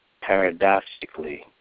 Paradoxically